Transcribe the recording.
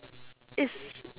it's